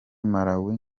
malawi